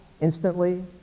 instantly